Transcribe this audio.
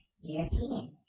European